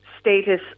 status